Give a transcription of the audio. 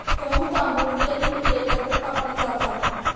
गहू, तांदूळ इत्यादी पिके एकत्र कापली जातात